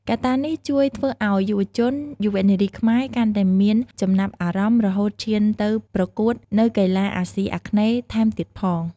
កត្តានេះជួយធ្វើឱ្យយុរជន យុវនារីខ្មែរកាន់តែមានចំណាប់អារម្មណ៍ រហូតឈានទៅប្រកួតនៅកីឡាអាសុីអាគ្នេយ៍ថែមទៀតផង។